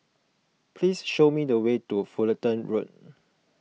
please show me the way to Fullerton Road